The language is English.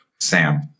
Sam